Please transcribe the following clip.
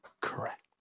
correct